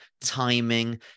timing